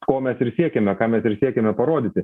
ko mes ir siekiame ką mes ir siekiame parodyti